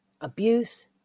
abuse